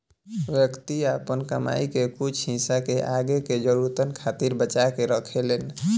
व्यक्ति आपन कमाई के कुछ हिस्सा के आगे के जरूरतन खातिर बचा के रखेलेन